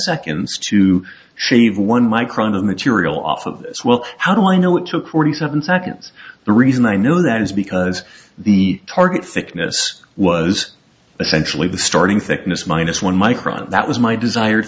seconds to shave one micron of material off of this well how do i know it took forty seven seconds the reason i know that is because the target thickness was essentially the starting thickness minus one micron that was my desired